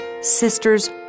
sisters